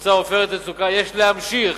מבצע "עופרת יצוקה", יש להמשיך